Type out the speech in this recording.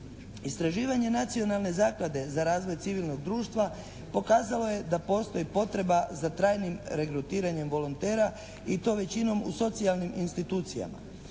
Istraživanje Nacionalne zaklade za razvoj civilnog društva pokazalo je da postoji potreba za trajnim regrutiranjem volontera i to većinom u socijalnim institucijama.